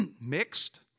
mixed